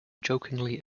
jokingly